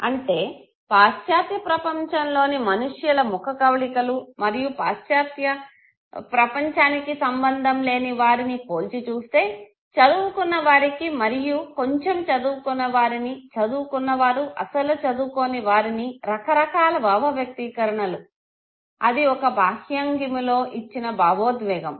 అంటే పాశ్చాత్య ప్రపంచంలోని మనుష్యుల ముఖకవళికలు మరియు పాశ్చాత్య ప్రపంచనికి సంబంధం లేని వారిని పోల్చి చూస్తే చదువుకున్నవారికి మరియు కొంచం చదువుకున్న వారిని చదువుకున్న వారు అస్సలు చదువుకోనివారిని రక రకాల భావ వ్యక్తీకరణలు అది ఒక బాహ్యాంగిమలో ఇచ్చిన భావోద్వేగము